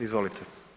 Izvolite.